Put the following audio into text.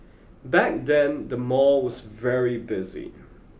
back then the mall was very busy